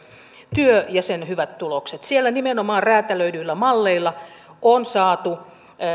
työ ja sen hyvät tulokset siellä nimenomaan räätälöidyillä malleilla on saatu